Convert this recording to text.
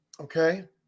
okay